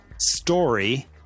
story